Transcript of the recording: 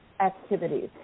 activities